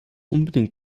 unbedingt